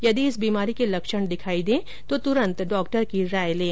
यदि इस बीमारी के लक्षण दिखाई दें तो तुरंत डॉक्टर की राय लें